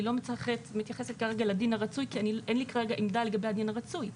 אני לא מתייחסת כרגע לדין הרצוי כי אין לי כרגע עמדה לגבי הדין הרצוי,